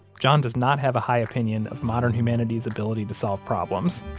john does not have a high opinion of modern humanity's ability to solve problems.